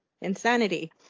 insanity